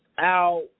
out